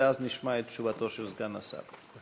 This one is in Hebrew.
ואז נשמע את תשובתו של סגן השר.